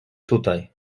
tutaj